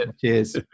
cheers